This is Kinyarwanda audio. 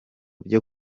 byo